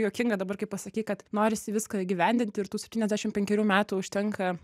juokinga dabar kai pasakei kad norisi viską įgyvendinti ir tų septyniasdešim penkerių metų užtenka